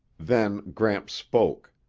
then gramps spoke,